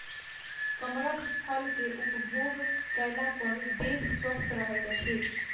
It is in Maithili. कमरख फल के उपभोग कएला पर देह स्वस्थ रहैत अछि